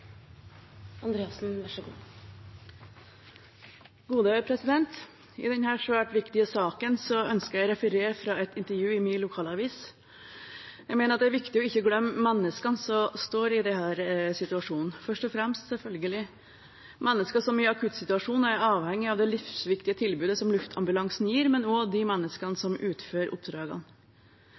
I denne svært viktige saken ønsker jeg å referere fra et intervju i min lokalavis. Jeg mener det er viktig ikke å glemme menneskene som står i denne situasjonen – først og fremst menneskene som i en akuttsituasjon er avhengig av det livsviktige tilbudet som luftambulansen gir, men også menneskene som utfører oppdragene.